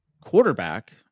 quarterback